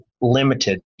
limited